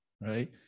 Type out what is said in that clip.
right